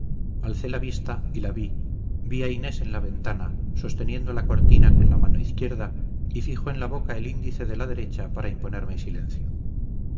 alcé la vista y la vi vi a inés en la ventana sosteniendo la cortina con la mano izquierda y fijo en la boca el índice de la derecha para imponerme silencio